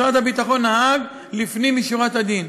משרד הביטחון נהג לפנים משורת הדין.